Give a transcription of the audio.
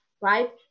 right